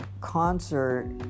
concert